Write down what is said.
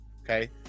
okay